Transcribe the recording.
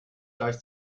gleich